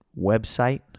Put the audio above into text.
website